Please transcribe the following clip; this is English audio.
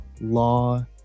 law